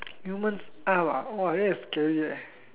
humans arm ah !wah! that's scary eh